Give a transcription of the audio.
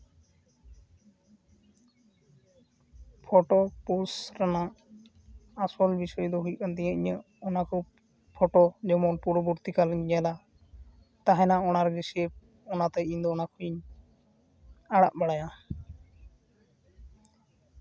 photo post ᱨᱮᱱᱟᱝ ᱟᱥᱚᱞ ᱵᱤᱥᱚᱭ ᱫᱚ ᱦᱩᱭᱩᱜ ᱠᱟᱱ ᱛᱤᱧᱟᱹ ᱤᱧᱟᱹᱜ ᱚᱱᱟ ᱠᱚ ᱯᱷᱚᱴᱳ ᱡᱮᱢᱚᱱ ᱯᱚᱨᱚᱵᱚᱨᱛᱤ ᱠᱟᱞ ᱨᱤᱧ ᱧᱮᱞᱟ ᱛᱟᱦᱮᱱᱟ ᱚᱱᱟ ᱨᱮᱜᱮ ᱥᱮᱵᱽ ᱚᱱᱟᱛᱮ ᱤᱧᱫᱚ ᱚᱱᱟ ᱠᱚᱜᱮᱧ ᱟᱲᱟᱜ ᱵᱟᱲᱟᱭᱟ